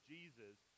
Jesus